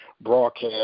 Broadcast